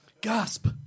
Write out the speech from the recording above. Gasp